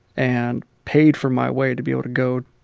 and paid for my way to be able to go.